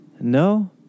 no